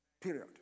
Period